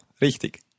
richtig